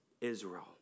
Israel